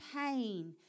pain